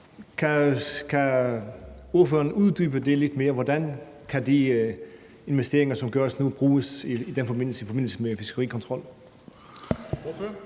Kan ordføreren uddybe det lidt? Hvordan kan de investeringer, der gøres nu, bruges i forbindelse med en fiskerikontrol?